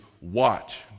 watch